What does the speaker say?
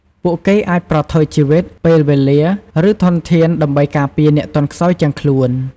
ពួកគេអាចប្រថុយជីវិត ពេលវេលា ឬធនធាន ដើម្បីការពារអ្នកទន់ខ្សោយជាងខ្លួន។